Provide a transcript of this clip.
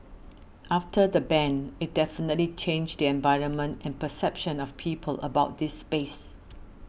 after the ban it definitely changed the environment and perception of people about this space